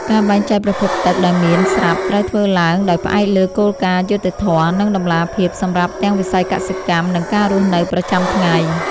ការបែងចែកប្រភពទឹកដែលមានស្រាប់ត្រូវធ្វើឡើងដោយផ្អែកលើគោលការណ៍យុត្តិធម៌ និងតម្លាភាពសម្រាប់ទាំងវិស័យកសិកម្ម និងការរស់នៅប្រចាំថ្ងៃ។